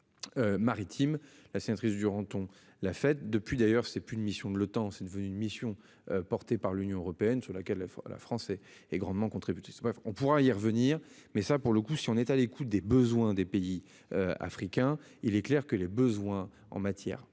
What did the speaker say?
Maritimes la sénatrice durant, on l'a fait depuis d'ailleurs c'est plus une mission de l'OTAN. C'est devenu une mission porté par l'Union européenne, sur laquelle la France elle est grandement contribué. On pourra y revenir, mais ça pour le coup, si on est à l'écoute des besoins des pays africains, il est clair que les besoins en matière